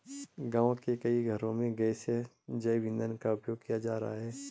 गाँव के कई घरों में गैसीय जैव ईंधन का उपयोग किया जा रहा है